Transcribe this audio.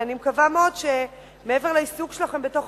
ואני מקווה מאוד שמעבר לעיסוק שלכם בתוך